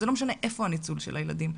זה לא משנה איפה הניצול של הילדים.